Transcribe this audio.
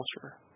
culture